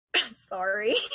Sorry